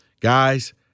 Guys